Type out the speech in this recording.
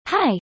Hi